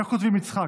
איך כותבים "יצחק"?